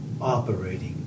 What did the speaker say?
operating